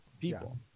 people